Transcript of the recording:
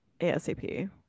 ASAP